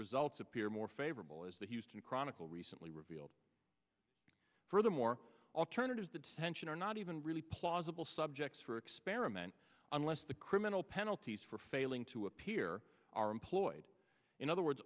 results appear more favorable as the houston chronicle recently revealed furthermore alternatives detention are not even really plausible subjects for experiment unless the criminal penalties for failing to appear are employed in other words